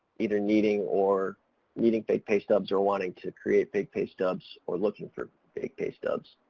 either needing or needing fake pay stubs or wanting to create fake pay stubs or looking for fake pay stubs.